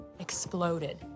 exploded